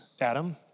Adam